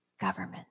government